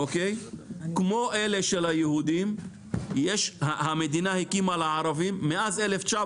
כמו אלה של היהודים המדינה הקימה לערבים מאז 1948?